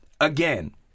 again